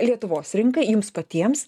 lietuvos rinkai jums patiems